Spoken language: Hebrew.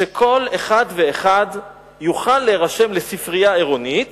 שכל אחד ואחד יוכל להירשם לספרייה עירונית